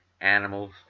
animals